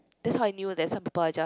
that's how I knew that some people are just